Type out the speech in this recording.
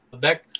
back